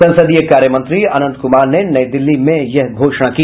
संसदीय कार्यमंत्री अनंत कुमार ने नई दिल्ली में यह घोषणा की